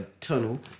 tunnel